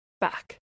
back